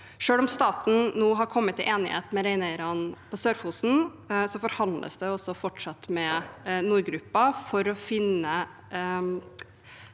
Selv om staten nå har kommet til enighet med reineierne på Sør-Fosen, forhandles det fortsatt med nordgruppen for å finne